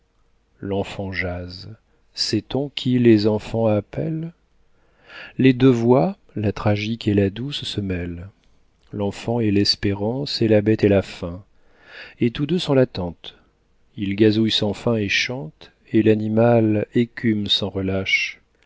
l'enfant jase sait-on qui les enfants appellent les deux voix la tragique et la douce se mêlent l'enfant est l'espérance et la bête est la faim et tous deux sont l'attente il gazouille sans fin et chante et l'animal écume sans relâche